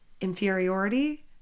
inferiority